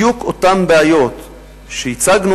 בדיוק אותן בעיות שהצגנו,